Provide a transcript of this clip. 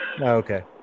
Okay